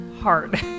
hard